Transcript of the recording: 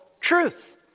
truth